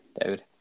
David